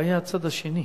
הבעיה הצד השני.